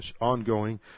ongoing